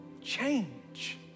change